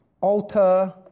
alter